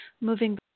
moving